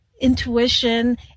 intuition